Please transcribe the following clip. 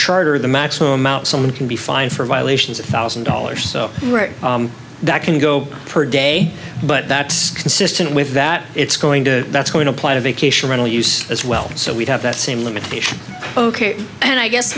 charter the maximum amount someone can be fined for violations a thousand dollars so that can go per day but that's consistent with that it's going to that's going to apply to vacation rental use as well so we have that same limitation ok and i guess